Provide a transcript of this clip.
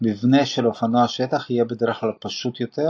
- מבנה של אופנוע שטח יהיה בדרך כלל פשוט יותר,